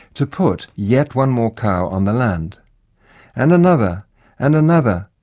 to put yet one more cow on the land and another and another,